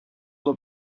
d’un